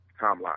timeline